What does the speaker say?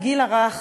הגיל הרך,